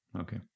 Okay